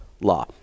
Law